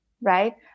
right